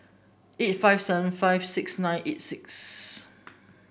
eight five seven five six nine eight six